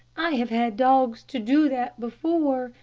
i have had dogs to do that before,